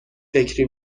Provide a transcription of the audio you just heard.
فکری